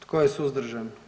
Tko je suzdržan?